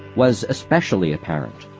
was especially apparent.